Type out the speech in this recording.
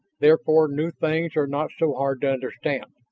therefore new things are not so hard to understand.